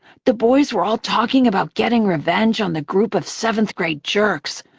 the boys were all talking about getting revenge on the group of seventh-grade jerks,